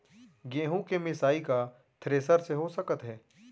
गेहूँ के मिसाई का थ्रेसर से हो सकत हे?